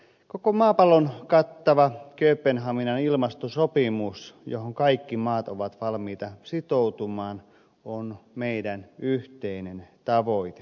koko maapallon kattava kööpenhaminan ilmastosopimus johon kaikki maat ovat valmiita sitoutumaan on meidän yhteinen tavoitteemme